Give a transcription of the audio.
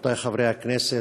רבותי חברי הכנסת,